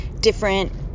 different